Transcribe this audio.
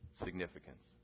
significance